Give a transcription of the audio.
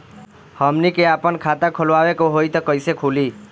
हमनी के आापन खाता खोलवावे के होइ त कइसे खुली